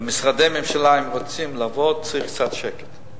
ואם משרדי ממשלה רוצים לעבוד, צריך קצת שקט.